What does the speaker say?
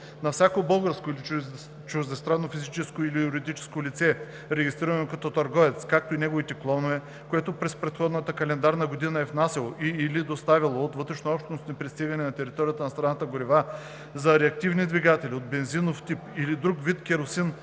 На всяко българско или чуждестранно физическо или юридическо лице, регистрирано като търговец, както и неговите клонове, което през предходната календарна година е внасяло и/или доставяло от вътрешнообщностни пристигания на територията на страната гориво за реактивни двигатели от бензинов тип или друг вид керосин,